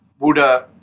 Buddha